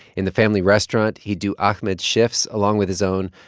in the family restaurant, he'd do ahmed's shifts along with his own.